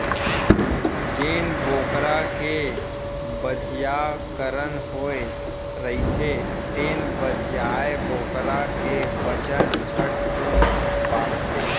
जेन बोकरा के बधियाकरन होए रहिथे तेन बधियाए बोकरा के बजन झटकुन बाढ़थे